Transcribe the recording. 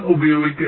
ഉപയോഗിക്കരുത്